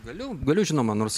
vėliau galiu žinoma nors